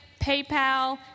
PayPal